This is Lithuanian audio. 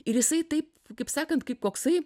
ir jisai taip kaip sakant kaip koksai